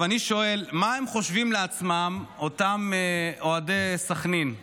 אני שואל מה הם חושבים לעצמם, אותם אוהדי סח'נין,